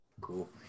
Cool